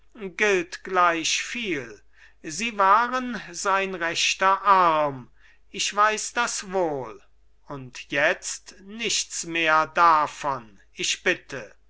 gilt gleichviel sie waren sein rechter arm ich weiß das wohl und jetzt nichts mehr davon ich bitte